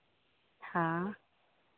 हाँ